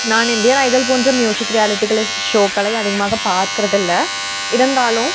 நான் Indian idol போன்று music ரியாலாடிக்களில் ஷ் ஷோக்களை அதிகமாக பார்க்கிறதில்ல இருந்தாலும்